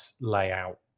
layout